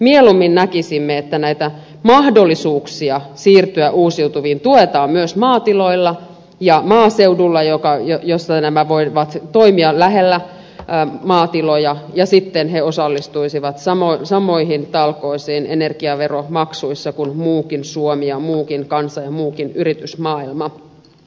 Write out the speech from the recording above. mieluummin näkisimme että näitä mahdollisuuksia siirtyä uusiutuviin tuetaan myös maatiloilla ja maaseudulla jossa nämä voivat toimia lähellä maatiloja ja sitten he osallistuisivat samoihin talkoisiin energiaveromaksuissa kuin muukin suomi ja muukin kansa ja muukin yritysmaailma